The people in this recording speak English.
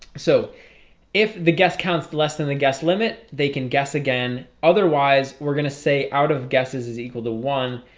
so if the guest counts less than the guessed limit they can guess again otherwise we're gonna say out of guesses is equal to one.